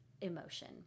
emotion